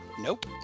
Nope